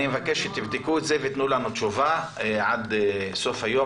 אני מבקש שתבדקו את זה ותיתנו לנו תשובה עד סוף היום,